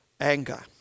anger